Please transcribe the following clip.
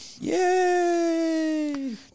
Yay